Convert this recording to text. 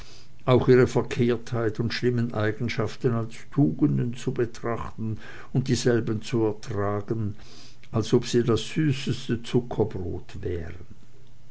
auch ihre verkehrtheit und schlimmen eigenschaften als tugenden zu betrachten und dieselben zu ertragen als ob sie das süßeste zuckerbrot wären